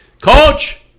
Coach